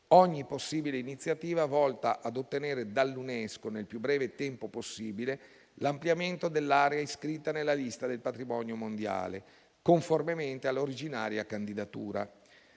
ogni possibile iniziativa volta ad ottenere dall'UNESCO, nel più breve tempo possibile, l'ampliamento dell'area iscritta nella lista del patrimonio mondiale, conformemente all'originaria candidatura.